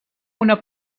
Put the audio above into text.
una